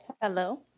Hello